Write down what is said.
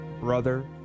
brother